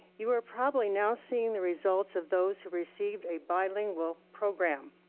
you are probably now seeing the results of those who received a bilingual program.